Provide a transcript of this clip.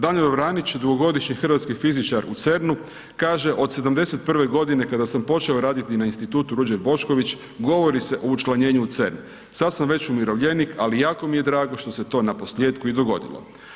Danijel Juranić, dugogodišnji hrvatski fizičar u CERN-u kaže, od '71. g. kada sam počeo raditi na Institutu Ruđer Bošković, govori se o učlanjenju u CERN, sad sam već umirovljenik ali jako mi je drago što se to naposljetku i dogodilo.